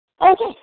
Okay